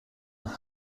nach